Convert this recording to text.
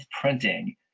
printing